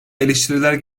eleştiriler